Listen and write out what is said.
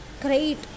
great